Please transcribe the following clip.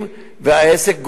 והעסק גדל,